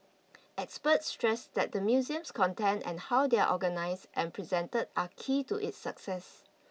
experts stressed that the museum's contents and how they are organised and presented are key to its success